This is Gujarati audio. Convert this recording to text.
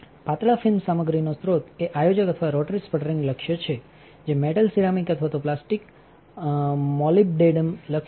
પાતળા ફિલ્મ સામગ્રીનો સ્રોત એ આયોજક અથવા રોટરી સ્પટરિંગ લક્ષ્ય છે જે મેટલ સિરામિક અથવા તો પ્લાસ્ટિક મોલિબ્ડેનમ લક્ષ્યટી